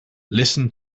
listen